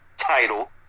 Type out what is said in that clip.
title